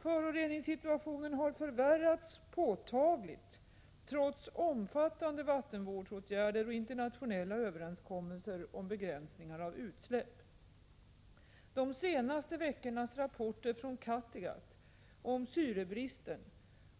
Föroreningssituationen har förvärrats påtagligt trots omfattande vattenvårdsåtgärder och internationella överenskommelser om begränsningar av utsläpp. De senaste veckornas rapporter från Kattegatt om syrebristen